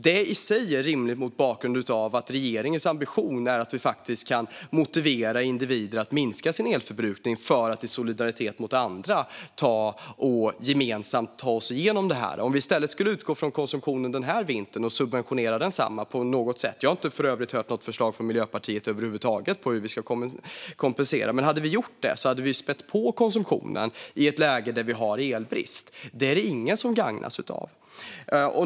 Det i sig är rimligt mot bakgrund av att regeringens ambition är att motivera individer att minska sin elförbrukning i solidaritet med andra för att gemensamt ta sig igenom detta. Om regeringen i stället skulle utgå från konsumtionen denna vinter och subventionera densamma på något sätt - jag har för övrigt inte hört något förslag alls från Miljöpartiet om hur vi ska kompensera - hade vi spätt på konsumtionen i ett läge där vi har elbrist. Det gagnar ingen.